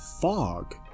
fog